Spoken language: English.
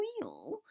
wheel